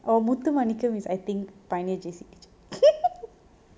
oh muthumanikam is I think pioneer J_C teacher